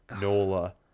NOLA